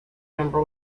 member